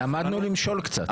למדנו למשול קצת.